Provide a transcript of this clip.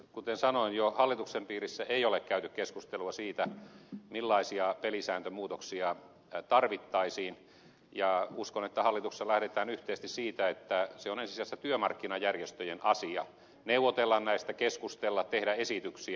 kuten sanoin jo hallituksen piirissä ei ole käyty keskustelua siitä millaisia pelisääntömuutoksia tarvittaisiin ja uskon että hallituksessa lähdetään yhteisesti siitä että se on ensi sijassa työmarkkinajärjestöjen asia neuvotella näistä keskustella tehdä esityksiä